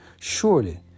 Surely